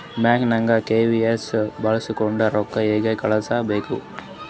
ಬ್ಯಾಂಕ್ದಾಗ ಕೆ.ವೈ.ಸಿ ಬಳಸ್ಕೊಂಡ್ ರೊಕ್ಕ ಹೆಂಗ್ ಕಳಸ್ ಬೇಕ್ರಿ?